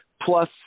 plus